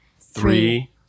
Three